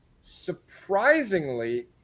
surprisingly